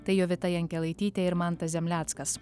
tai jovita jankelaitytė ir mantas zemleckas